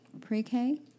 pre-K